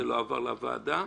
ולא עבר לוועדה.